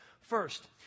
First